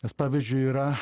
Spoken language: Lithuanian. nes pavyzdžiui yra